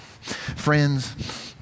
Friends